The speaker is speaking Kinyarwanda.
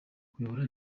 kuyobora